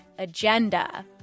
agenda